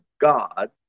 God